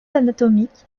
anatomique